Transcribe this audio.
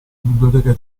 biblioteca